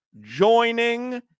joining